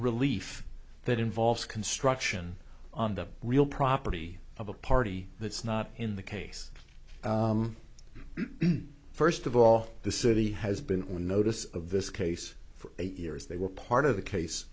relief that involves construction on the real property of a party that's not in the case first of all the city has been on notice of this case for eight years they were part of the case